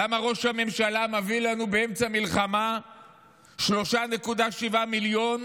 למה ראש הממשלה מביא לנו באמצע מלחמה 3.7 מיליון